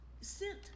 sent